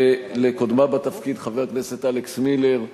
ולקודמה בתפקיד חבר הכנסת אלכס מילר,